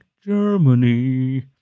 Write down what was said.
Germany